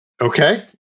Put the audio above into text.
Okay